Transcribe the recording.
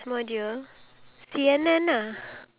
oh my gosh